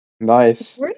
Nice